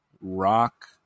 Rock